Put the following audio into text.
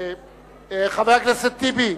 חבר הכנסת טיבי,